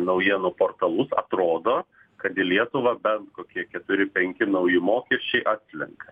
naujienų portalus atrodo kad į lietuvą bent kokie keturi penki nauji mokesčiai atslenka